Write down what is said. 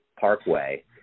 Parkway